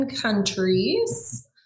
countries